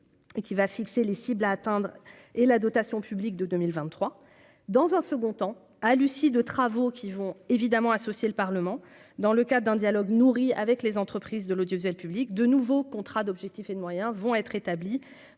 qui va fixer les cibles à atteindre et la dotation publique de 2023, dans un second temps à Lucy de travaux qui vont évidemment associer le Parlement dans le cadre d'un dialogue nourri avec les entreprises de l'audiovisuel public de nouveaux contrats d'objectifs et de moyens vont être au